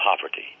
poverty